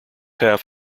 half